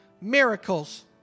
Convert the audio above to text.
miracles